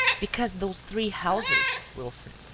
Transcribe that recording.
because those three houses, wilson,